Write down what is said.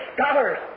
scholars